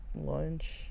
lunch